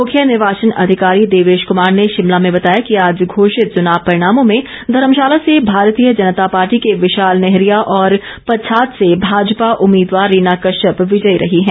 मुख्य निर्वाचन अधिकारी देवेश कुमार ने शिमला में बताया कि आज घोषित चुनाव परिणामों में धर्मशाला से भारतीय जनता पार्टी के विशाल नेहरिया और पच्छाद से भाजपा उम्मीदवार रीना कश्यप विजयी रही हैं